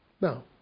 Now